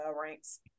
ranks